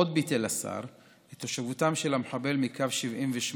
עוד ביטל השר את תושבותם של המחבל מקו 78